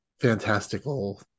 fantastical